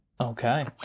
Okay